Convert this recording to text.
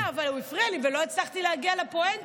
רגע, אבל הוא הפריע לי ולא הצלחתי להגיע לפואנטה.